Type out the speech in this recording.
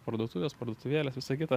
parduotuvės parduotuvėlės visa kita